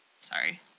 sorry